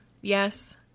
Yes